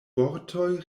vortoj